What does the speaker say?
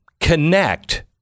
connect